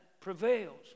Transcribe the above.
prevails